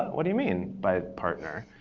what do you mean by partner?